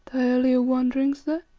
earlier wanderings there,